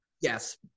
yes